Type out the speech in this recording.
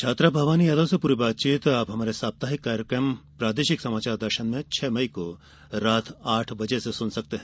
छात्रा भवानी यादव से पूरी बातचीत आप हमारे साप्ताहिक कार्यक्रम प्रादेशिक समाचार दर्शन में छह मई को रात आठ बजे से सुन सकते हैं